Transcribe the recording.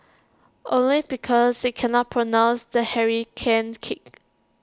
only because they can not pronounce the hurricane kick